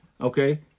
Okay